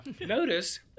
notice